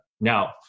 Now